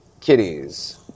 Kitties